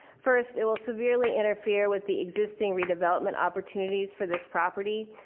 first it will severe like interfere with the existing redevelopment opportunities for this property.